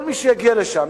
כל מי שיגיע לשם,